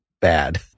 bad